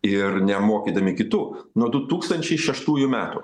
ir nemokydami kitų nuo du tūkstančiai šeštųjų metų